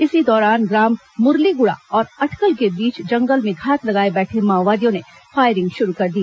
इस दौरान ग्राम मुरलीगुड़ा और अटकल के बीच जंगल में घात लगाए बैठे माओवादियों ने फायरिंग शुरू कर दी